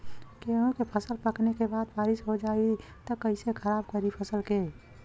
गेहूँ के फसल पकने के बाद बारिश हो जाई त कइसे खराब करी फसल के?